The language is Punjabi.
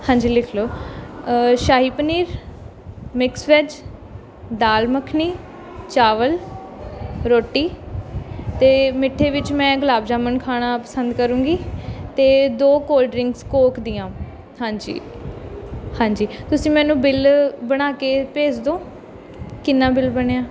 ਹਾਂਜੀ ਲਿਖ ਲਓ ਸ਼ਾਹੀ ਪਨੀਰ ਮਿਕਸ ਵੈੱਜ ਦਾਲ ਮੱਖਣੀ ਚਾਵਲ ਰੋਟੀ ਅਤੇ ਮਿੱਠੇ ਵਿੱਚ ਮੈਂ ਗੁਲਾਬ ਜਾਮਨ ਖਾਣਾ ਪਸੰਦ ਕਰੂੰਗੀ ਅਤੇ ਦੋ ਕੋਲਡ ਡਰਿੰਕਸ ਕੋਕ ਦੀਆਂ ਹਾਂਜੀ ਹਾਂਜੀ ਤੁਸੀਂ ਮੈਨੂੰ ਬਿੱਲ ਬਣਾ ਕੇ ਭੇਜ ਦਿਓ ਕਿੰਨਾ ਬਿੱਲ ਬਣਿਆ